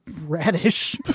radish